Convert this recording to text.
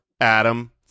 adam